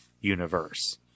universe